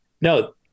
No